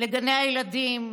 לגני הילדים,